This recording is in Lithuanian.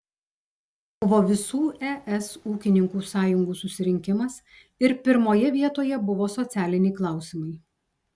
buvo visų es ūkininkų sąjungų susirinkimas ir pirmoje vietoje buvo socialiniai klausimai